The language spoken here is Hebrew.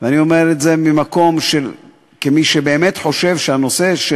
אני אומר את זה כמי שבאמת חושב שהנושא,